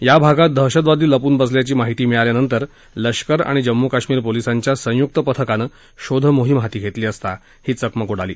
या भागात दहशतवादी लपून बसल्याची माहिती मिळाल्यानंतर लष्कर आणि जम्मू कश्मीर पोलिसांच्या संयुक्त पथकानं शोध मोहीम हाती घेतली असता ही चकमक उडाली